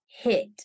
hit